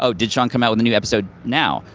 ah did sean come out with a new episode now?